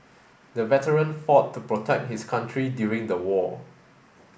the veteran fought to protect his country during the war